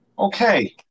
Okay